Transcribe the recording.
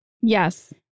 Yes